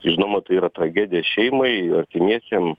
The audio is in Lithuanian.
žinoma tai yra tragedija šeimai artimiesiem